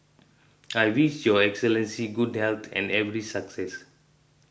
I wish Your Excellency good health and every success